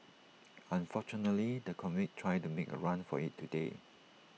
unfortunately the convict tried to make A run for IT today